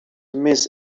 miss